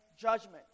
judgment